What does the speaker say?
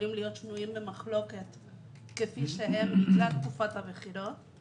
שיכולים להיות שנויים במחלוקת כפי שהם עד לאחר תקופת הבחירות.